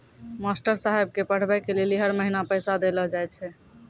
master साहेब के पढ़बै के लेली हर महीना पैसा देलो जाय छै